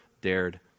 dared